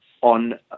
on